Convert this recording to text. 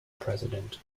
president